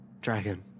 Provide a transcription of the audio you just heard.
dragon